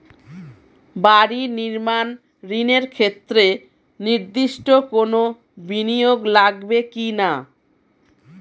বাড়ি নির্মাণ ঋণের ক্ষেত্রে নির্দিষ্ট কোনো বিনিয়োগ লাগবে কি না?